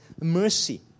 mercy